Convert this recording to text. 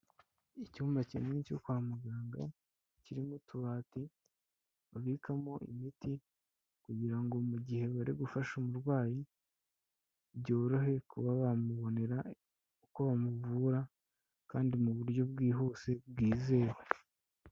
Icyumba kinini cyo kwa muganga kirimo utubati babikamo imiti kugira ngo mu gihe bari gufasha umurwayi, byorohe kuba bamubonera uko bamuvura kandi mu buryo bwihuse bwizewe.